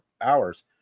hours